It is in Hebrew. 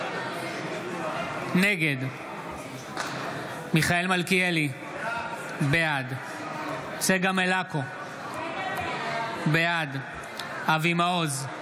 נגד מיכאל מלכיאלי, בעד צגה מלקו, בעד אבי מעוז,